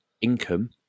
income